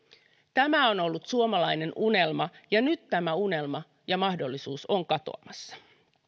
tämä on ollut suomalainen unelma ja nyt tämä unelma ja mahdollisuus on katoamassa